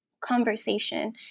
conversation